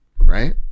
right